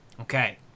Okay